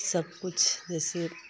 सब कुछ जैसे